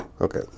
Okay